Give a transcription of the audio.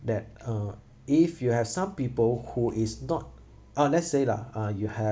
that uh if you have some people who is not uh let's say lah ah you ha~